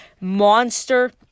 monster